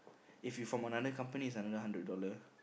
if you from another company is another hundred dollar